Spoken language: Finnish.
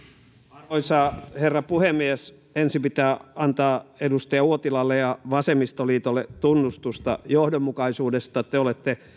arvoisa herra puhemies ensin pitää antaa edustaja uotilalle ja vasemmistoliitolle tunnustusta johdonmukaisuudesta te olette